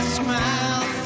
smile